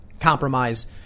compromise